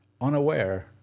unaware